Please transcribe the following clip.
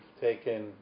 taken